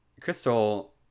Crystal